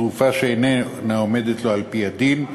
תרופה שאיננה עומדת לו על-פי הדין,